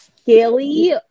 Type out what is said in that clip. scaly